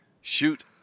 Shoot